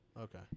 Okay